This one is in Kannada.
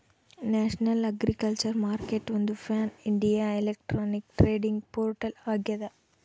ನ್ಯಾಷನಲ್ ಅಗ್ರಿಕಲ್ಚರ್ ಮಾರ್ಕೆಟ್ಒಂದು ಪ್ಯಾನ್ಇಂಡಿಯಾ ಎಲೆಕ್ಟ್ರಾನಿಕ್ ಟ್ರೇಡಿಂಗ್ ಪೋರ್ಟಲ್ ಆಗ್ಯದ